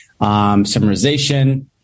summarization